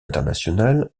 internationale